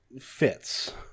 fits